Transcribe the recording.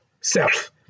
self